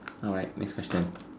alright next question